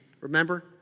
remember